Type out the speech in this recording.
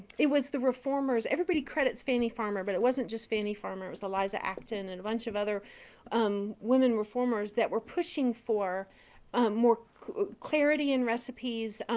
it was the reformers. everybody credits fannie farmer, but it wasn't just fannie farmer. it was eliza acton and a bunch of other um women reformers that were pushing for more clarity in recipes,